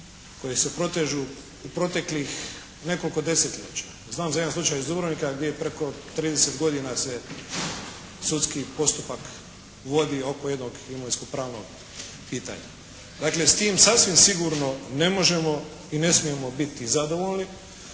koji se protežu u proteklih nekoliko desetljeća. Znam za jedan slučaj iz Dubrovnika gdje je preko 30 godina se sudski postupak vodi oko jednog imovinsko-pravnog pitanja. Dakle s tim sasvim sigurno ne možemo i ne smijemo biti zadovoljni,